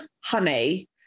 honey